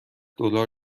دلار